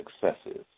successes